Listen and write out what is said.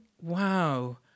wow